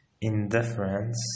indifference